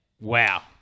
wow